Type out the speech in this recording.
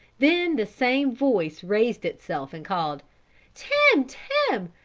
then the same voice raised itself and called tim, tim,